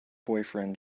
boyfriend